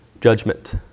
judgment